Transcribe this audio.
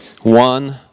One